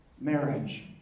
marriage